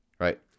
right